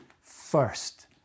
first